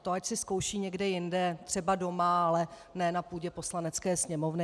To ať si zkouší někde jinde, třeba doma, ale ne na půdě Poslanecké sněmovny.